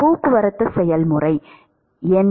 போக்குவரத்து செயல்முறைகள் என்ன